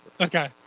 Okay